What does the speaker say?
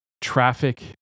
traffic